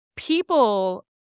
People